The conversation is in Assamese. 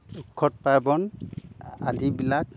উৎসৱ পাৰ্বন আদিবিলাক